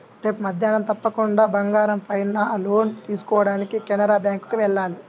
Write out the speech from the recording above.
రేపు మద్దేన్నం తప్పకుండా బంగారం పైన లోన్ తీసుకోడానికి కెనరా బ్యేంకుకి వెళ్ళాలి